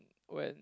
when